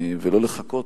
ולא לחכות,